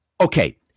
okay